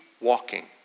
walking